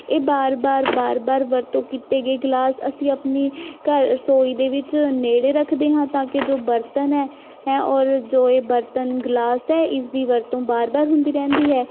ਇਹ ਵਾਰ ਵਾਰ ਵਾਰ ਵਾਰ ਵਰਤੋਂ ਕੀਤੇ ਗਏ ਗਲਾਸ ਅਸੀਂ ਆਪਣੀ ਘਰ ਰਸੋਈ ਦੇ ਵਿੱਚ ਨੇੜੇ ਰੱਖਦੇ ਹਾਂ ਤਾਂ ਕਿ ਜੋ ਬਰਤਨ ਹੈ ਹੈ ਔਰ ਜੋ ਇਹ ਬਰਤਨ ਗਲਾਸ ਹੈ ਇਸ ਦੀ ਵਰਤੋਂ ਵਾਰ ਵਾਰ ਹੁੰਦੀ ਰਹਿੰਦੀ ਹੈ